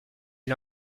est